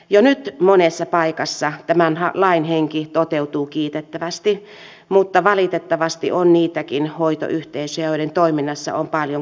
jo nyt monessa paikassa tämän lain henki toteutuu kiitettävästi mutta valitettavasti on niitäkin hoitoyhteisöjä joiden toiminnassa on paljon korjaamista